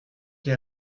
les